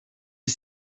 est